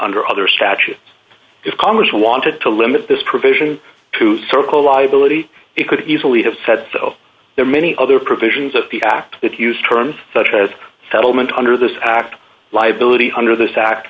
under other statute if congress wanted to limit this provision to circle liability it could easily have said so there are many other provisions of the act that use terms such as settlement under this act liability under this act